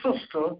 sister